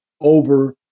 over